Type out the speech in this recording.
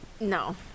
No